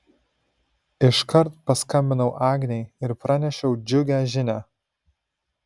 iškart paskambinau agnei ir pranešiau džiugią žinią